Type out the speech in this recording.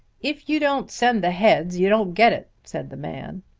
if you don't send the heads you don't get it, said the man,